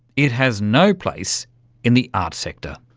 it has no place in the arts sector.